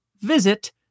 visit